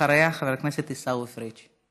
אחריה, חבר הכנסת עיסאווי פריג'.